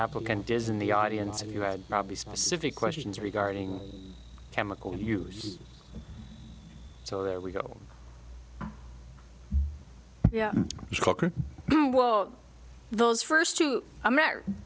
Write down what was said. applicant is in the audience and you had probably specific questions regarding chemical use so there we go yeah well those first two america